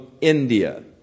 India